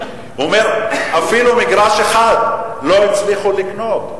ואפילו מגרש אחד לא הצליחו לקנות,